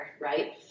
right